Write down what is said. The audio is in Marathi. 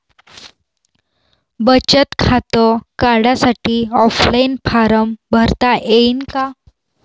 बचत खातं काढासाठी ऑफलाईन फारम भरता येईन का?